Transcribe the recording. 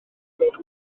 gwelwch